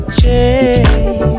change